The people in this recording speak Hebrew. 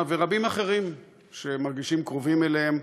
ושל רבים אחרים שמרגישים קרובים אליהם,